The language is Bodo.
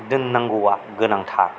दोननांगौआ गोनांथार